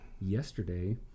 yesterday